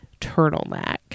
turtleneck